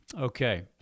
Okay